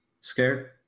scared